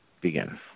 begin